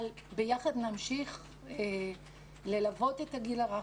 ביחד נמשיך ללוות את הגיל הרך,